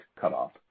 cutoff